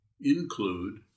include